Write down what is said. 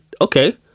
okay